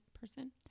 person